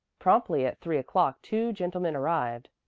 promptly at three o'clock two gentlemen arrived.